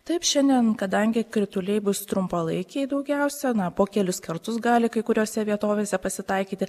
taip šiandien kadangi krituliai bus trumpalaikiai daugiausia na po kelis kartus gali kai kuriose vietovėse pasitaikyti